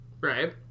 right